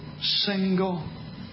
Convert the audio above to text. single